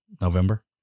November